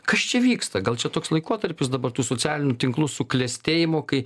kas čia vyksta gal čia toks laikotarpis dabar tų socialinių tinklų suklestėjimo kai